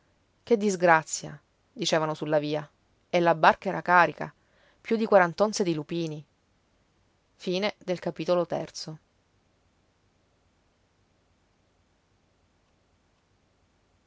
che disgrazia dicevano sulla via e la barca era carica più di quarant'onze di lupini il